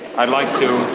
i'd like to